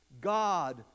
God